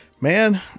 Man